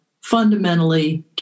fundamentally